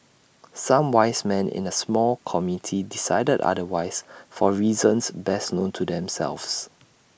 some wise men in A small committee decided otherwise for reasons best known to themselves